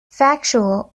factual